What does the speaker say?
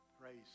Praise